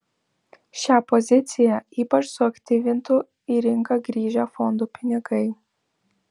šią poziciją ypač suaktyvintų į rinką grįžę fondų pinigai